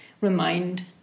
remind